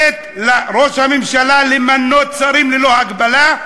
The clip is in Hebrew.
בחוק כתוב, לתת לראש הממשלה למנות שרים ללא הגבלה.